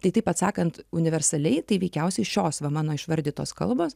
tai taip atsakant universaliai tai veikiausiai šios va mano išvardytos kalbos